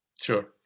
sure